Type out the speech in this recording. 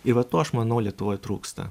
i va to aš manau lietuvoj trūksta